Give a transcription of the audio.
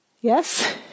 Yes